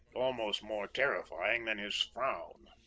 almost more terrifying than his frown.